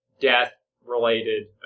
death-related